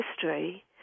history